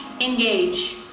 Engage